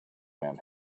man